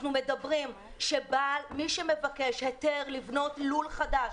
אנחנו מדברים על כך שמי שמבקש היתר לבנות לול חדש,